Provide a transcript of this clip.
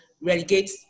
relegate